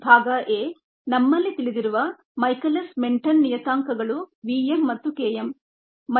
ಭಾಗ a ನಮಗೆ ತಿಳಿದಿರುವ ಮೈಕೆಲಿಸ್ ಮೆನ್ಟೆನ್ ನಿಯತಾಂಕಗಳು vm ಮತ್ತು K m